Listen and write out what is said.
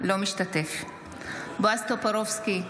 משתתף בהצבעה בועז טופורובסקי,